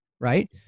right